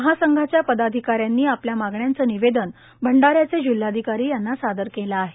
महासंघाच्या पदाधिकाऱ्यांनी आपल्या मागण्यांचे निवेदन भंडाऱ्याचे जिल्हाधिकारी यांना सादर केले आहे